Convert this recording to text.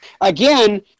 Again